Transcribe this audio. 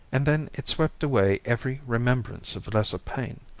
and then it swept away every remembrance of lesser pain.